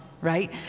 right